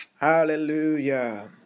Hallelujah